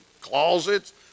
Closets